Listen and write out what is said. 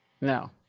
No